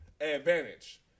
advantage